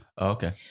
Okay